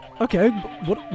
Okay